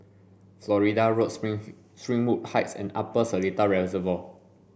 Florida Road Spring Springwood Heights and Upper Seletar Reservoir